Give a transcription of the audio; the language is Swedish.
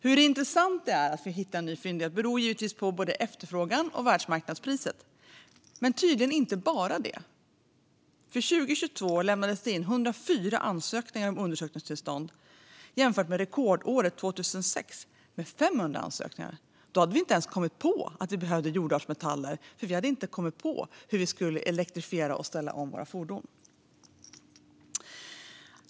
Hur intressant det är att hitta en ny fyndighet beror givetvis på efterfrågan och världsmarknadspriset, men tydligen inte bara på det. År 2022 lämnades det in 104 ansökningar om undersökningstillstånd. Detta kan jämföras med rekordåret 2006, då det lämnades in 500 ansökningar. Då hade vi inte ens kommit på att vi behövde jordartsmetaller, för vi hade inte kommit på hur vi skulle elektrifiera och ställa om våra fordon.